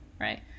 Right